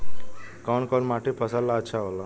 कौन कौनमाटी फसल ला अच्छा होला?